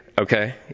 Okay